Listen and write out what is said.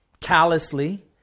callously